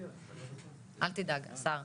אל תדאג השר.